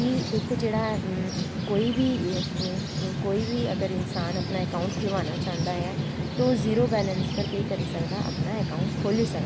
एह् इक जेह्ड़ा कोई बी अगर अपना अकाउंट खलवाना चांह्दा ऐ तां ओह् ज़ीरो बैलैंस पर केह् करी सकदा अपना अकाऊंट खोली सकदा ऐ